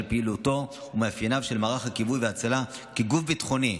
פעילותו ומאפייניו של מערך הכיבוי וההצלה כגוף ביטחוני.